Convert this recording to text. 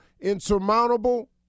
insurmountable